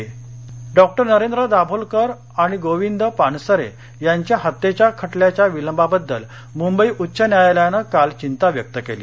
दाभोलकर पानसरे डॉ नरेंद्र दाभोलकर आणि गोविंद पानसरे यांच्या हत्येच्या खटल्याच्या विलंबाबद्दल मुंबई उच्च न्यायालयानं काल चिंता व्यक्त केली